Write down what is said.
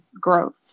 growth